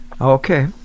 Okay